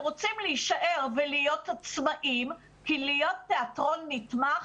רוצים להישאר ולהיות עצמאיים כי להיות תיאטרון נתמך,